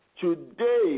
Today